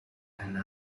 and